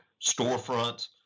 storefronts